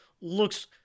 looks